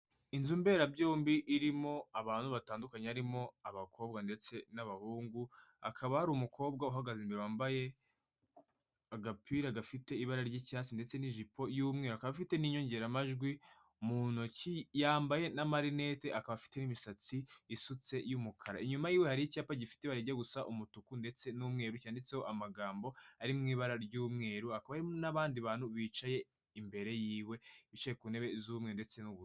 Inzu mberabyombi irimo abantu batandukanye barimo: abakobwa ndetse n'abahungu. Hakaba hari umukobwa uhagaze imbere wambaye agapira gafite ibara ry'icyatsi ndetse n'ijipo y'umweru, akaba afite n'inyongeramajwi mu ntoki yambaye n'amarinete, akaba afite n'imisatsi isutse y'umukara. Inyuma y'iwe hari icyapa gifite ibira rijya gusa umutuku ndetse n'umweru cyanditseho amagambo ari mu ibara ry'umweru, hakaba hari n'abandi bantu bicaye imbere y'iwe. Bicaye ku ntebe z'umweru ndetse n'ubururu.